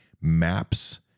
maps